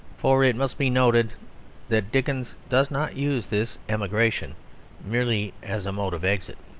for it must be noted that dickens does not use this emigration merely as a mode of exit.